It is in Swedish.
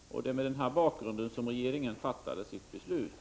Det var mot denna bakgrund som regeringen fattade sitt beslut.